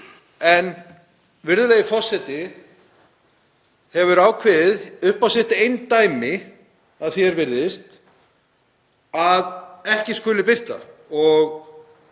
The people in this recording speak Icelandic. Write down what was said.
en virðulegi forseti hefur ákveðið, upp á sitt eindæmi að því er virðist, að ekki skuli birta og